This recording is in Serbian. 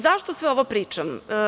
Zašto sve ovo pričam?